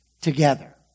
together